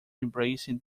embracing